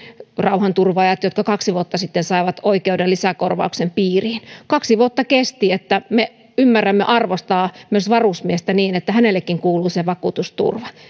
rauhanturvaajat jotka kaksi vuotta sitten saivat oikeuden lisäkorvauksen piiriin kaksi vuotta kesti että me ymmärrämme arvostaa myös varusmiestä niin että hänellekin kuuluu se vakuutusturva